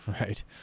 right